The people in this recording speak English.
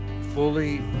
fully